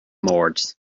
mbord